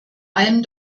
allem